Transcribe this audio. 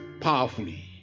powerfully